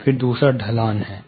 तो फिर दूसरी ढलान है